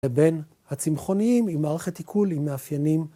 לבין הצמחוניים עם מערכת עיכול עם מאפיינים.